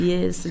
Yes